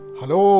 Hello